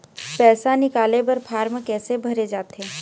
पैसा निकाले बर फार्म कैसे भरे जाथे?